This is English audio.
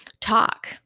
talk